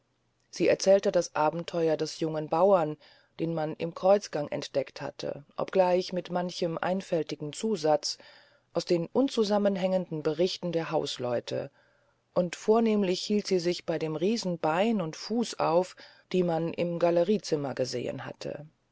sie erzählte das abentheuer des jungen bauren den man im kreuzgange entdeckt hatte obgleich mit manchem einfältigen zusatz aus den unzusammenhängenden berichten der hausleute und vornemlich hielt sie sich bey dem riesenbein und fuß auf die man im galleriezimmer gesehen hatte